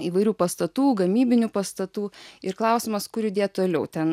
įvairių pastatų gamybinių pastatų ir klausimas kur judėt toliau ten